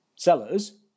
sellers